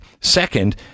Second